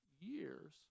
years